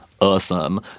awesome